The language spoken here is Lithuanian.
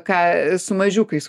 ką su mažiukais